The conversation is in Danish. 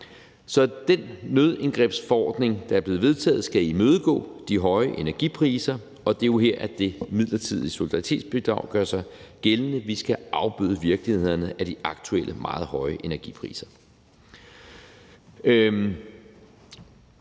Så den nødindgrebsforordning, der er blevet vedtaget, skal imødegå de høje energipriser, og det er jo her, at det midlertidige solidaritetsbidrag gør sig gældende. Vi skal afbøde virkningerne af de aktuelt meget høje energipriser.